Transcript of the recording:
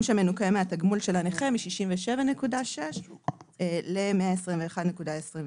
שמנוכה מהתגמול של הנכה מ-67.6 ₪ ל-121.29 ₪,